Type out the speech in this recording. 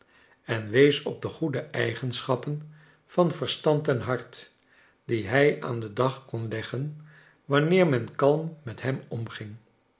en wees op de goede eigenschappen van verstand en hart die hij aan den dag kon leggen wanneer men kalm met hem omging